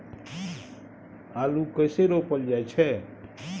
आलू कइसे रोपल जाय छै?